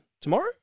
tomorrow